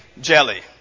jelly